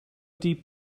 deep